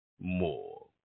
more